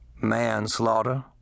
Manslaughter